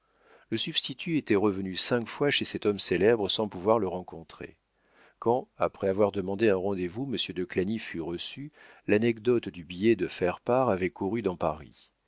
le substitut était revenu cinq fois chez cet homme célèbre sans pouvoir le rencontrer quand après avoir demandé un rendez-vous monsieur de clagny fut reçu l'anecdote du billet de faire part avait couru dans paris